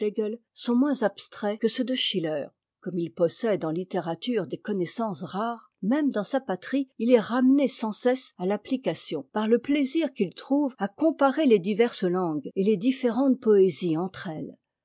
sont moins abstraits que ceux de schiller comme il possède en littérature des connaissances rares même dans sa patrie il est ramené sans cesse à l'application par le plaisir qu'il trouve à comparer les diverses langues et les différentes poésies entre elles